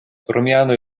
romianoj